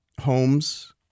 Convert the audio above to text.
homes